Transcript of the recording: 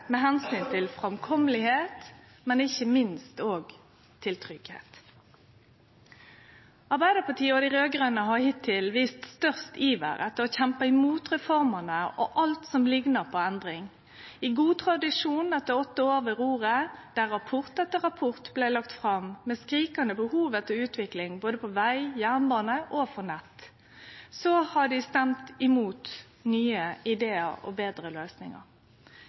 med omsyn til framkomst og – ikkje minst – tryggleik. Arbeidarpartiet og dei raud-grøne har hittil vist størst iver etter å kjempe mot reformene og alt som liknar på endring. I god tradisjon etter åtte år ved roret, der rapport etter rapport blei lagde fram med skrikande behov for utvikling på både veg, jernbane og nett, har dei stemt imot nye idear og betre løysingar.